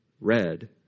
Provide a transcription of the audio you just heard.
Red